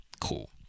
Cool